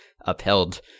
upheld